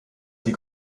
die